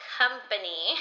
company